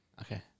Okay